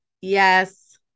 Yes